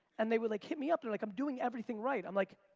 and they were like, hit me up. and like, i'm doing everything right. i'm like,